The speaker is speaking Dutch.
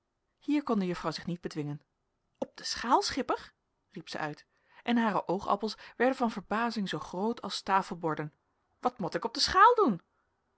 kon de juffrouw zich niet bedwingen op de schaal schipper riep zij uit en hare oogappels werden van verbazing zoo groot als tafelborden wat mot ik op de schaal doen